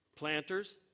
Planters